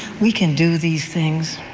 we can do these things.